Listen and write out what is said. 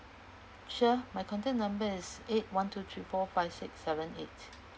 sure my contact number is eight one two three four five six seven eight